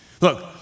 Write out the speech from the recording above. Look